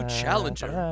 challenger